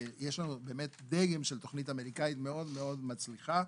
ויש לנו דגם של תוכנית אמריקאית מאוד מאוד מצליחה,